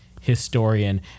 historian